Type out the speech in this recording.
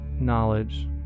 knowledge